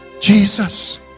Jesus